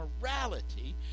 Morality